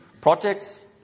projects